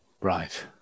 Right